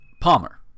Palmer